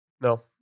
no